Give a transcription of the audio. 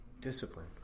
discipline